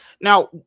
Now